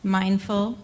mindful